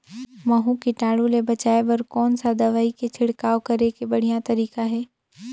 महू कीटाणु ले बचाय बर कोन सा दवाई के छिड़काव करे के बढ़िया तरीका हे?